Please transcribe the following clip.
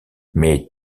mais